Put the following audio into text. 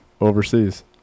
overseas